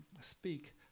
speak